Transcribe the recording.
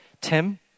Tim